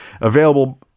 available